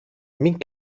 μην